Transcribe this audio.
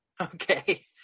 Okay